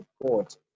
report